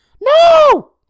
No